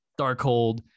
Darkhold